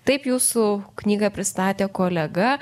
taip jūsų knygą pristatė kolega